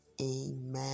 amen